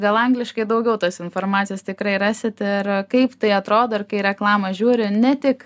gal angliškai daugiau tos informacijos tikrai rasit ir kaip tai atrodo ir kai reklamą žiūri ne tik